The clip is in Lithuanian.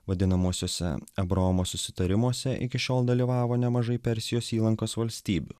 vadinamuosiuose abraomo susitarimuose iki šiol dalyvavo nemažai persijos įlankos valstybių